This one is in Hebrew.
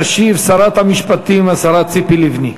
תשיב שרת המשפטים, השרה ציפי לבני.